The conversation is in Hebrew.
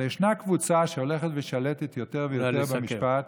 אבל ישנה קבוצה שהולכת ושלטת יותר ויותר במשפט,